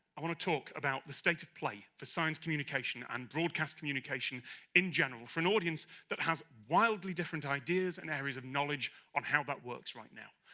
i want to talk about the state of play for science communication and broadcast communication in general, for an audience that has wildly different ideas and areas of knowledge on how that works right now.